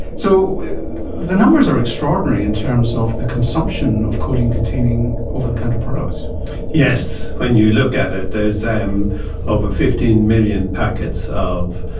so the numbers are extraordinary in terms of the consumption of codeine-containing over-the-counter products. yes, when you look at it there is and over fifteen million packets of